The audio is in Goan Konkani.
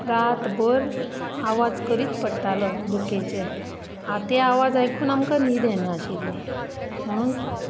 रात भर आवाज करीत पडटालो दुकेचें हाव ते आवाज आयकून आमकां न्हीद येनाशिल्ली म्हणून